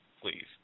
please